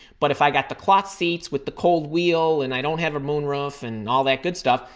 but if i got the cloth seats with the cold wheel and i don't have a moon roof and all that good stuff,